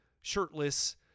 shirtless